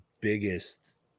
biggest